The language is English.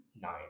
nine